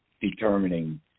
determining